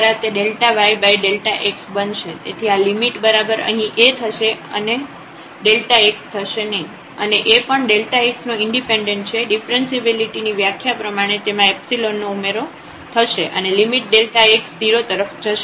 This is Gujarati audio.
તેથી આ લિમિટ બરાબર અહીં A થશે x થશે નહીં અને A પણ x નો ઈન્ડિપેન્ડેન્ટ છે ડીફરન્સીએબિલિટી ની વ્યાખ્યા પ્રમાણે તેમાં નો ઉમેરો થશે અને લિમિટ x 0 તરફ જશે